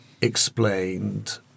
explained